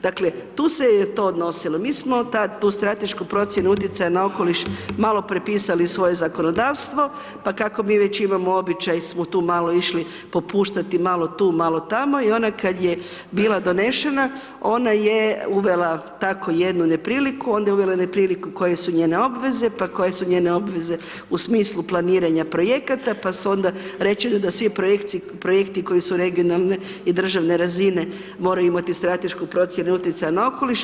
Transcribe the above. Dakle, tu se je to odnosilo, mi smo tu stratešku procjenu utjecaja na okoliš malo prepisali u svoje zakonodavstvo pa kako mi već imamo običaj smo tu malo išli popuštati, malo tu malo tamo i ona kad je bila donešena ona je uvela tako jednu nepriliku, onda je uvela nepriliku koje su njene obveze, pa koje su njene obveze u smislu planiranja projekata, pa su ona rečeno da svi projekti koji su regionalne i državne razine moraju imati stratešku procjenu utjecaja na okoliš.